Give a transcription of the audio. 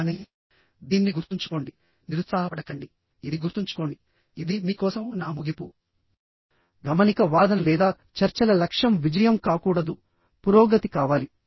కానీ దీన్ని గుర్తుంచుకోండి నిరుత్సాహపడకండి ఇది గుర్తుంచుకోండి ఇది మీ కోసం నా ముగింపు గమనిక వాదన లేదా చర్చల లక్ష్యం విజయం కాకూడదు పురోగతి కావాలి